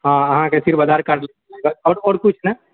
हँ अहाँकेँ सिर्फ आधार कार्ड आओर किछु नहि